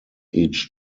each